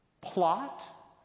plot